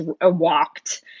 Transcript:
walked